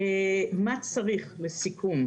לסיכום,